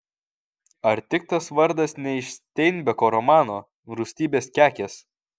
ar tik tas vardas ne iš steinbeko romano rūstybės kekės